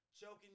choking